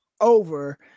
over